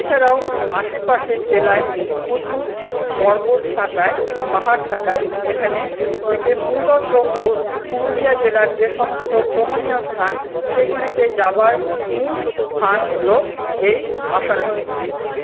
এছাড়াও আশেপাশের জেলায় প্রচুর পর্বত থাকায় পাহাড় থাকায় এখানে থেকে মূলত পুরুলিয়া জেলার যে সমস্ত ভ্রমনীয় স্থান সেগুলিতে যাওয়ার মূল স্থান হল এই আসানসোল